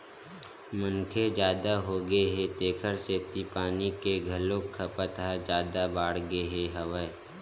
मनखे जादा होगे हे तेखर सेती पानी के घलोक खपत ह जादा बाड़गे गे हवय